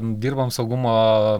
dirbam saugumo